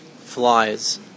flies